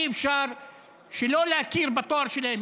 אי-אפשר שלא להכיר בתואר שלהם.